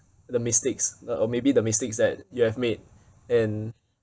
the mistakes the uh or maybe the mistakes that you have made and